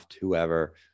whoever